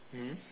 mm